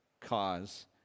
cause